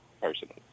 personally